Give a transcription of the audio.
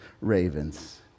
ravens